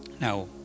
Now